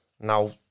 Now